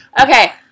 Okay